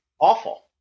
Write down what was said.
awful